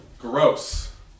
Gross